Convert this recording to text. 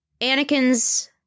Anakin's